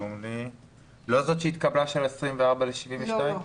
של הדיווח?